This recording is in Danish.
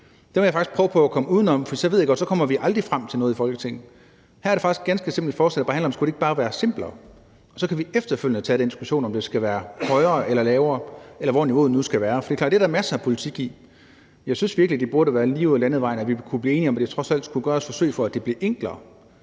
Den vil jeg faktisk prøve at komme uden om, for ellers – og det ved jeg godt – kommer vi aldrig frem til noget i Folketinget. Her er det faktisk et ganske simpelt forslag, der bare handler om, om det ikke bare skulle være simplere. Så kan vi efterfølgende tage den diskussion, om skatten skal være højere eller lavere, eller hvor niveauet nu skal være, for det er klart, at det er der masser af politik i. Jeg synes virkelig, at det burde være ligeud ad landevejen, at vi kunne blive enige om, at der trods alt skulle gøres et forsøg på, at det blev enklere.